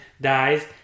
dies